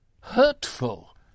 hurtful